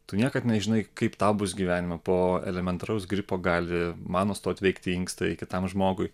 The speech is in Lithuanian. tu niekad nežinai kaip tau bus gyvenime po elementaraus gripo gali man nustot veikti inkstai kitam žmogui